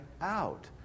out